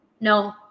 No